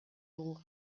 dugu